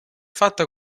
fatta